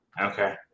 Okay